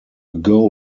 goal